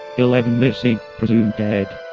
eleven missing, presumed dead